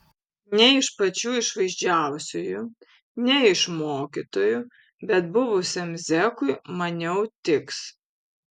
ne iš pačių išvaizdžiųjų ne iš mokytųjų bet buvusiam zekui maniau tiks